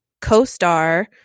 co-star